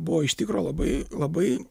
buvo iš tikro labai labai